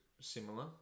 similar